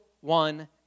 one